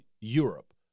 Europe